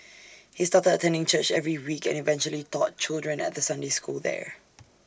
he started attending church every week and eventually taught children at the Sunday school there